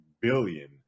billion